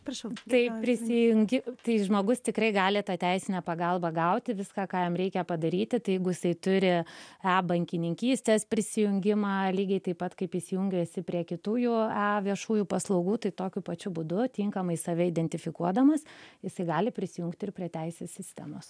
prašau tai prisijungi tai žmogus tikrai gali tą teisinę pagalbą gauti viską ką jam reikia padaryti tai jeigu jisai turi e bankininkystės prisijungimą lygiai taip pat kaip jis jungiasi prie kitų jo viešųjų paslaugų tai tokiu pačiu būdu tinkamai save identifikuodamas jisai gali prisijungti ir prie teisės sistemos